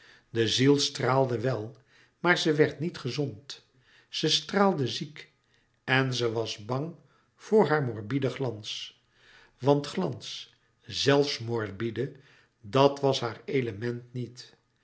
de ziel straalde louis couperus metamorfoze wel maar ze werd niet gezond ze straalde ziek en ze was bang voor haar morbide glans want glans zelfs morbide dat was haar element niet